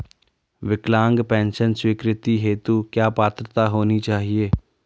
विकलांग पेंशन स्वीकृति हेतु क्या पात्रता होनी चाहिये?